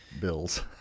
bills